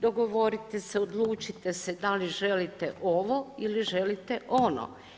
Dogovorite se, odlučite se da li želite ovo ili želite ono.